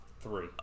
three